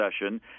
session